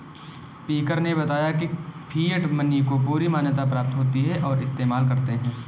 speaker ने बताया की फिएट मनी को पूरी मान्यता प्राप्त होती है और इस्तेमाल करते है